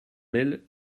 mail